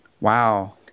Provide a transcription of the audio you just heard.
Wow